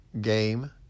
game